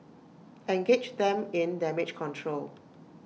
engage them in damage control